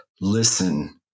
listen